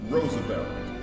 Roosevelt